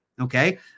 okay